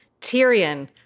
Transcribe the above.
Tyrion